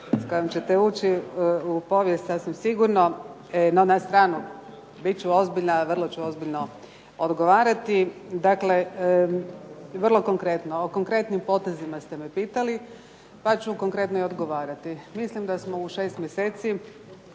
s kojim ćete ući u povijest sasvim sigurno. No na stranu, bit ću ozbiljna. Vrlo ću ozbiljno odgovarati. Dakle, vrlo konkretno. O konkretnim potezima ste me pitali, pa ću konkretno i odgovarati. Mislim da smo u šest mjeseci